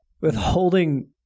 Withholding